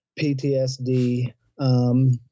PTSD